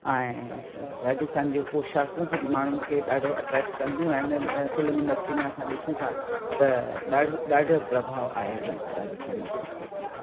ऐं राजस्थान जी पोशाकूं बि माण्हुनि खे ॾाढो अट्रेक्ट कंदियूं आहिनि फ़िल्म इंडस्ट्री में असां ॾिसूं था त ॾाढो ॾाढो प्रभाव आहे हिनजो राजस्थान जी संस्कृतीअ जो